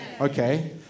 Okay